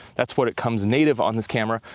that's what it comes native on this camera,